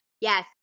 Yes